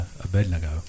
Abednego